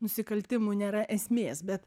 nusikaltimų nėra esmės bet